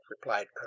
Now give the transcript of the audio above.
replied